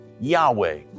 Yahweh